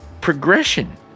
progression